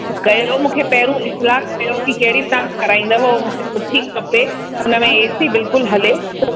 कयो मूंखे पहिरियूं इतिलाउ कयो की कहिड़ी तव्हां कराईंदव उहो मूंखे सुठी खपे हुन में ए सी बिल्कुलु हले पोइ